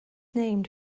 named